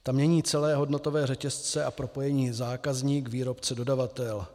Ta mění celé hodnotové řetězce a propojení zákazníkvýrobcedodavatel.